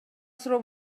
суроо